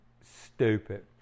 Stupid